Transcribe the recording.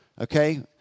okay